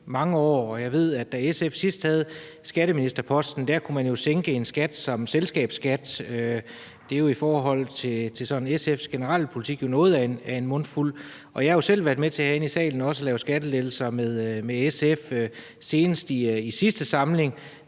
mange år, og jeg ved, at da SF sidst havde skatteministerposten, kunne man sænke en skat som selskabsskatten. Det er jo i forhold til SF's generelle politik noget af en mundfuld. Jeg har selv været med til herinde i salen at lave skattelettelser med SF. Senest i sidste samling,